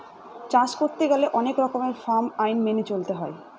চাষ করতে গেলে অনেক রকমের ফার্ম আইন মেনে চলতে হয়